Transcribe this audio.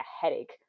headache